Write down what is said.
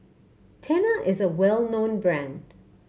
Tena is a well known brand